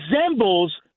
resembles